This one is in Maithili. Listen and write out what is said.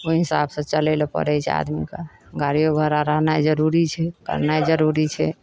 ओहि हिसाबसँ चलै लए पड़ै छै आदमी के गाड़ियो घोड़ा रहनाइ जरूरी छै करनाइ जरूरी छै